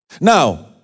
Now